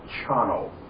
channel